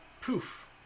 poof